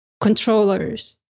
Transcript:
controllers